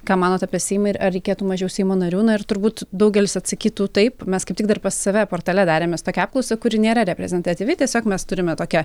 ką manot apie seimą ir ar reikėtų mažiau seimo narių na ir turbūt daugelis atsakytų taip mes kaip tik dar pas save portale darėmės tokią apklausą kuri nėra reprezentatyvi tiesiog mes turime tokią